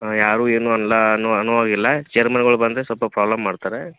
ಹಾಂ ಯಾರು ಏನು ಅಲ್ಲ ಅನ್ನು ಅನ್ನುವಾಗೆ ಇಲ್ಲ ಚೇರ್ಮ್ಯಾನ್ಗಳು ಬಂದರೆ ಸ್ವಲ್ಪ ಪ್ರಾಬ್ಲಮ್ ಮಾಡ್ತಾರೆ